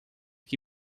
que